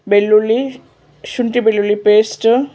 ಬೆಳ್ಳುಳ್ಳಿ ಶುಂಠಿ ಬೆಳ್ಳುಳ್ಳಿ ಪೇಸ್ಟ್